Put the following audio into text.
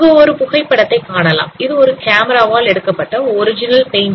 இங்கு ஒரு புகைப்படத்தை காணலாம் இது ஒரு கேமராவால் எடுக்கப்பட்ட ஒரிஜினல் புகைப்படம்